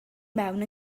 mewn